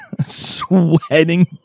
sweating